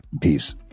peace